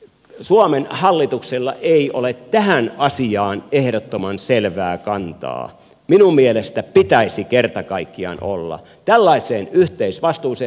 suomen hallituksella ei ole tähän asiaan ehdottoman selvää kantaa minun mielestäni pitäisi kerta kaikkiaan olla tällaiseen yhteisvastuuseen